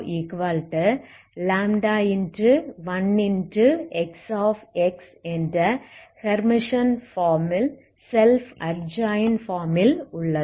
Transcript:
Xxஎன்ற permission form self adjoint form ல் உள்ளது